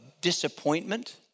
disappointment